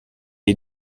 est